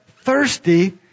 thirsty